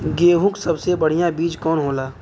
गेहूँक सबसे बढ़िया बिज कवन होला?